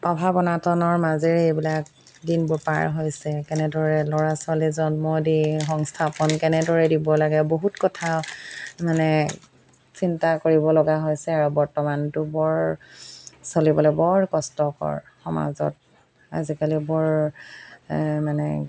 অভাৱ অনাতনৰ মাজেৰে এইবিলাক দিনবোৰ পাৰ হৈছে কেনেদৰে ল'ৰা ছোৱালীয়ে জন্ম দি সংস্থাপন কেনেদৰে দিব লাগে বহুত কথা মানে চিন্তা কৰিব লগা হৈছে আৰু বৰ্তমানতো বৰ চলিবলৈ বৰ কষ্টকৰ সমাজত আজিকালি বৰ মানে